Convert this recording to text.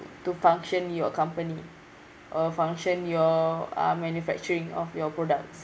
to function your company uh function your uh manufacturing of your products